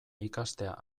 ikastea